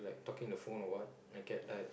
talking the phone or what and the cat died